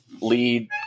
lead